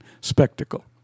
spectacle